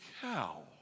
cow